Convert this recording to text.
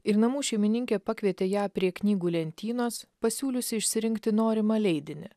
ir namų šeimininkė pakvietė ją prie knygų lentynos pasiūliusi išsirinkti norimą leidinį